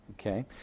Okay